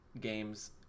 games